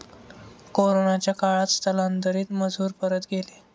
कोरोनाच्या काळात स्थलांतरित मजूर परत गेले